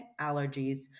allergies